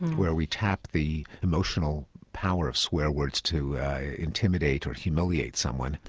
where we tap the emotional power of swear words to intimidate or humiliate someone.